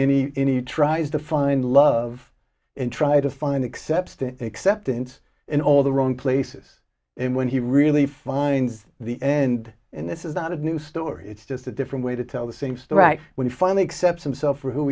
any any tries to find love and try to find acceptance acceptance in all the wrong places and when he really finds the end in this is not a new story it's just a different way to tell the same strike when he finally except himself or who